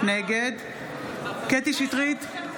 נגד קטי קטרין שטרית,